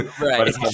Right